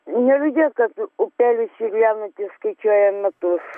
neliūdėk kad upelis čiurlenantis skaičiuoja metus